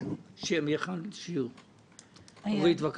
אורית, בבקשה.